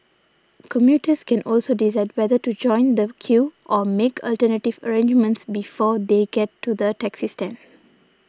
commuters can also decide whether to join the queue or make alternative arrangements before they get to the taxi stand